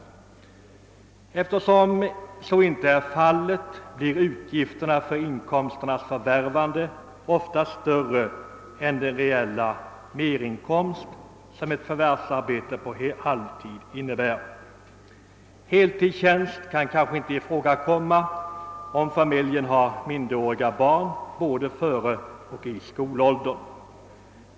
Eftersom så inte är fallet, blir utgifterna för inkomstens förvärvande ofta större än den reala merinkomst som ett förvärvsarbete på halvtid innebär. Heltidstjänst kan kanske inte ifrågakomma, om familjen har min deråriga barn både före och i skolåldern.